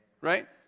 Right